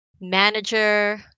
manager